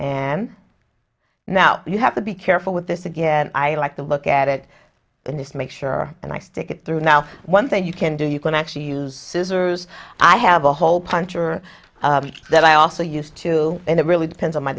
and now you have to be careful with this again i like to look at it in this to make sure and i stick it through now one thing you can do you can actually use scissors i have a whole puncher that i also use to and it really depends on my